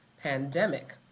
pandemic